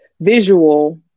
visual